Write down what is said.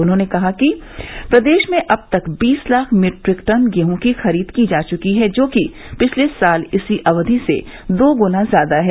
उन्होंने बताया कि प्रदेश में अब तक बीस लाख मीट्रिक टन गेहूँ की खरीद की जा चुकी है जो कि पिछले साल इसी अवधि से दो गुना ज्यादा है